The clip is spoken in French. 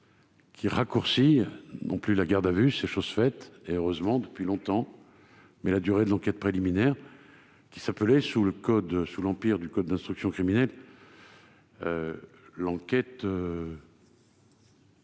qui raccourcit, non plus la garde à vue- c'est chose faite, et heureusement, depuis longtemps -, mais la durée de l'enquête préliminaire, qui s'appelait, sous l'empire du code d'instruction criminelle, l'enquête officieuse.